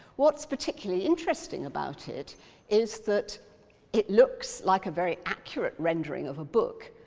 what's particularly interesting about it is that it looks like a very accurate rendering of a book,